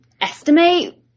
estimate